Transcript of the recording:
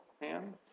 hand